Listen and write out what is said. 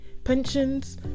pensions